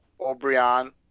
O'Brien